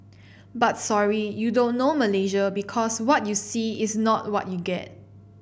but sorry you don't know Malaysia because what you see is not what you get